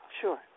Sure